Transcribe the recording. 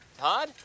Todd